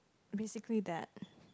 basically that